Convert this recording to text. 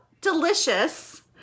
delicious